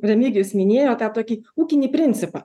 remigijus minėjo tą tokį ūkinį principą